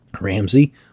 Ramsey